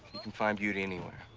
you can find beauty anywhere.